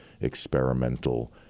experimental